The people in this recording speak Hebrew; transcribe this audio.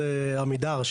זה עמידר,